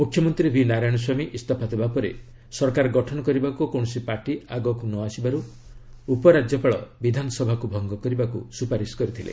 ମୁଖ୍ୟମନ୍ତ୍ରୀ ଭି ନାରାୟଣ ସ୍ୱାମୀ ଇସ୍ତଫା ଦେବା ପରେ ସରକାର ଗଠନ କରିବାକୁ କୌଣସି ପାର୍ଟି ଆଗକୁ ନ ଆସିବାରୁ ଉପରାଜ୍ୟପାଳ ବିଧାନସଭାକୁ ଭଙ୍ଗ କରିବାକୁ ସୁପାରିଶ କରିଛନ୍ତି